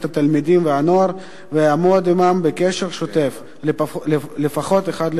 התלמידים והנוער ויעמוד עמם בקשר שוטף לפחות אחת לחודשיים.